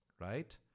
right